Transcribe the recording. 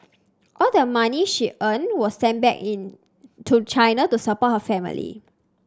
all the money she earned was sent back in to China to support her family